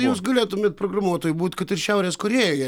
jūs galėtumėt programuotoju būt kad ir šiaurės korėjoje